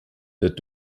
wird